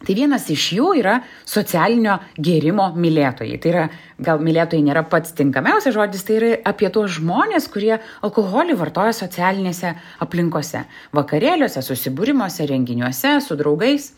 tai vienas iš jų yra socialinio gėrimo mylėtojai tai yra gal mylėtojai nėra pats tinkamiausias žodis tai yra apie tuos žmones kurie alkoholį vartoja socialinėse aplinkose vakarėliuose susibūrimuose renginiuose su draugais